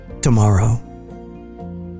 Tomorrow